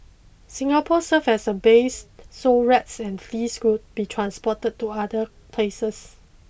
Singapore served as a base so rats and fleas could be transported to other places